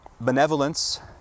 Benevolence